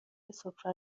سفره